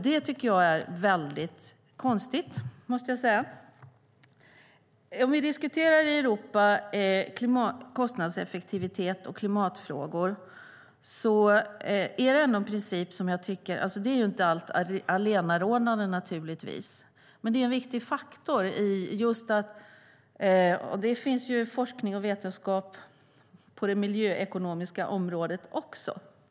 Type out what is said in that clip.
Det är konstigt, måste jag säga. Låt oss diskutera kostnadseffektivitet och klimatfrågor i Europa. Detta är naturligtvis inte allenarådande, men det är en viktig faktor. Det finns forskning och vetenskap på det miljöekonomiska området.